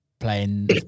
Playing